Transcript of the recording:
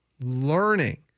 learning